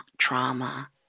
trauma